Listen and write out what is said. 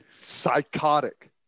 Psychotic